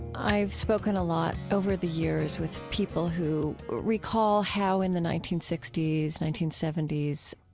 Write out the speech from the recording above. i've spoken a lot over the years with people who recall how in the nineteen sixty s, nineteen seventy s,